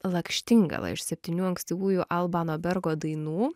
lakštingala iš septynių ankstyvųjų albano bergo dainų